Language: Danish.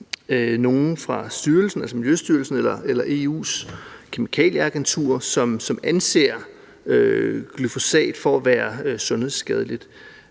nogen fra Miljøstyrelsen eller EU's kemikalieagentur, som anser glyfosat for at være sundhedsskadeligt.